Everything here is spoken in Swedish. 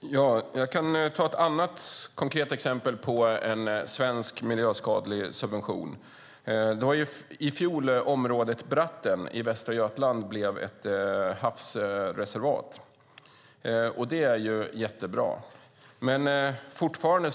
Fru talman! Jag kan ta ett annat konkret exempel på en svensk miljöskadlig subvention. I fjol blev området Bratten i Västra Götaland ett havsreservat, vilket är jättebra. Men fortfarande